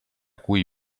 cui